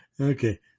okay